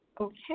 Okay